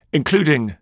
including